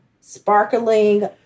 sparkling